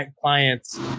clients